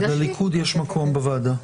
לליכוד יש מקום בוועדה.